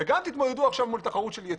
וגם תתמודדו עכשיו מול תחרות של יצוא.